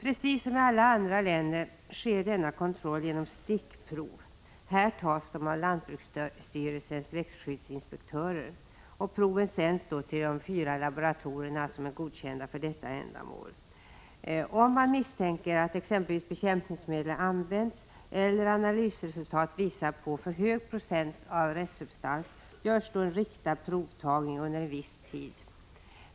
Precis som i alla andra länder sker denna kontroll genom stickprov. Här tas de av lantbruksstyrelsens växtskyddsinspektörer. Proven sänds för analys till de fyra laboratorier som är godkända för detta ändamål. Om man misstänker att exempelvis bekämpningsmedel används eller om analysresultatet visar på för hög procent av restsubstans, görs riktad provtagning under en viss tid.